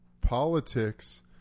politics